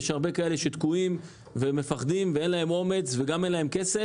יש הרבה כאלה שתקועים ומפחדים ואין להם אומץ וגם אין להם כסף.